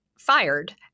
fired